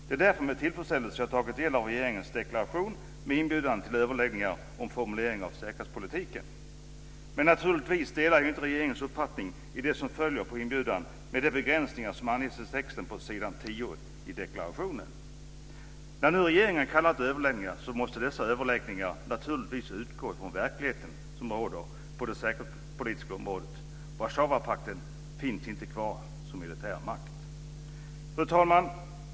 Det var därför med tillfredsställelse jag tog del av regeringens deklaration, med inbjudan till överläggningar om formulering av säkerhetspolitiken. Naturligtvis delar jag inte regeringens uppfattning i det som följer på inbjudan, med de begränsningar som anges i texten på s. 10 i den utdelade deklarationen. När nu regeringen kallar till överläggningar måste dessa naturligtvis utgå från den verklighet som råder på det säkerhetspolitiska området. Warszawapakten finns inte kvar som militär makt. Fru talman!